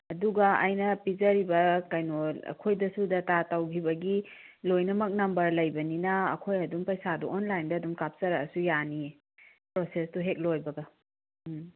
ꯑꯗꯨꯒ ꯑꯩꯅ ꯄꯤꯖꯔꯤꯕ ꯀꯩꯅꯣ ꯑꯩꯈꯣꯏꯗꯁꯨ ꯗꯇꯥ ꯇꯧꯈꯤꯕꯒꯤ ꯂꯣꯏꯅꯃꯛ ꯅꯝꯕꯔ ꯂꯩꯕꯅꯤꯅ ꯑꯩꯈꯣꯏ ꯑꯗꯨꯝ ꯄꯩꯁꯥꯗꯣ ꯑꯣꯟꯂꯥꯏꯟꯗ ꯀꯥꯞꯆꯔꯛꯑꯁꯨ ꯑꯗꯨꯝ ꯌꯥꯅꯤꯌꯦ ꯄ꯭ꯔꯣꯁꯦꯁꯇꯣ ꯍꯦꯛ ꯂꯣꯏꯕꯒ ꯎꯝ